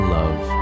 love